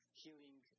healing